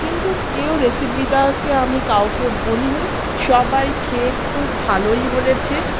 কিন্তু কেউ রেসিপিটাকে আমি কাউকে বলিনি সবাই খেয়ে খুব ভালোই বলেছে